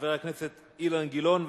חבר הכנסת אילן גילאון,